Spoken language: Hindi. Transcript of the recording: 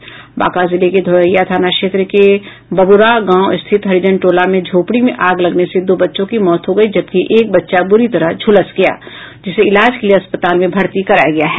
बांका जिले के धोरैया थाना क्षेत्र के बबुरा गांव स्थित हरिजन टोला में झोपड़ी में आग लगने से दो बच्चों की मौत हो गयी जबकि एक बच्चा बुरी तरह झुलस गया जिसे इलाज के लिए अस्पताल में भर्ती कराया गया है